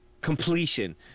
completion